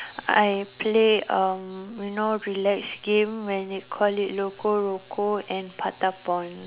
I play um you know relax game when you call it Loco-Roco and Patapon